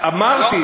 אמרתי,